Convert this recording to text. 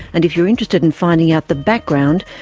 and if you are interested in finding out the background,